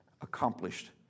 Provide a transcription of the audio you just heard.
accomplished